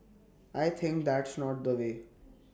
I think that's not the way